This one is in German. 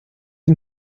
dem